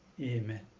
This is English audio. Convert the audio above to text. Amen